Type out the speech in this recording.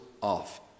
off